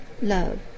love